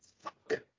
fuck